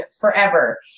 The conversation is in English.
forever